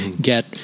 get